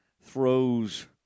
Throws